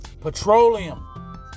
Petroleum